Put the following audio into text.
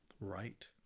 Right